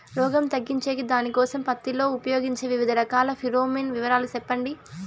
రోగం తగ్గించేకి దానికోసం పత్తి లో ఉపయోగించే వివిధ రకాల ఫిరోమిన్ వివరాలు సెప్పండి